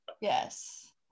Yes